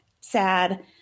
SAD